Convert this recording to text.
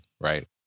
right